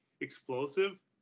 explosive